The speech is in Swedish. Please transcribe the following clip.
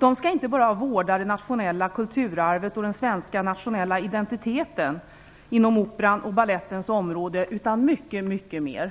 Man skall inte bara vårda det nationella kulturarvet och den svenska nationella identiteten inom operans och balettens område, utan mycket mycket mer.